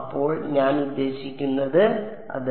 അപ്പോൾ ഞാൻ ഉദ്ദേശിക്കുന്നത് അത്